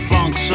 Funk